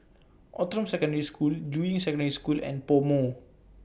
Outram Secondary School Juying Secondary School and Pomo